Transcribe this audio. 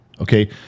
okay